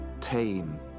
tame